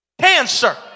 cancer